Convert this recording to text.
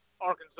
Arkansas